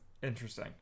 interesting